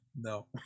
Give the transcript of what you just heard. No